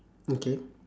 okay